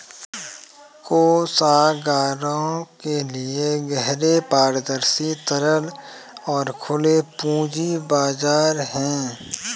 कोषागारों के लिए गहरे, पारदर्शी, तरल और खुले पूंजी बाजार हैं